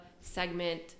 segment